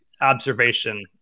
observation